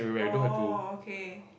oh okay